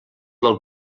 del